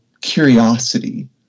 curiosity